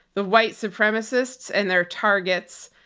the white supremacists and their targets,